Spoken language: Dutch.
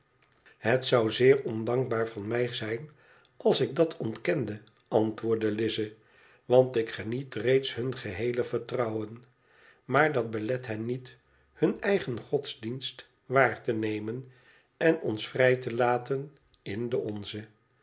het zou zeer ondankbaar van mij zijn als ik dat ontkende antwoordde lize want ik geniet reeds hun geheele vertrouwen maar dat belet hen niet hun eigen godsdienst waar te nemen en ons vrij te laten in den onzen